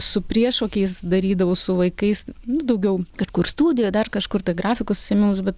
su priešokiais darydavau su vaikais nu daugiau kažkur studijoj dar kažkur tai grafikos užsiėmimus bet